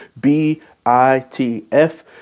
B-I-T-F